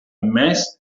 més